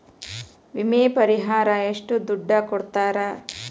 ವಿಮೆ ಪರಿಹಾರ ಎಷ್ಟ ದುಡ್ಡ ಕೊಡ್ತಾರ?